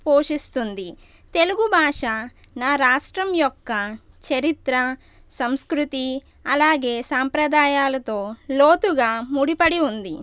పోషిస్తుంది తెలుగుభాష నా రాష్ట్రం యొక్క చరిత్ర సంస్కృతి అలాగే సాంప్రదాయాలతో లోతుగా ముడిపడి ఉంది